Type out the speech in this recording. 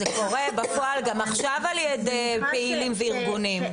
זה קורה בפועל גם עכשיו על ידי פעילים וארגונים.